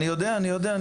אני יודע.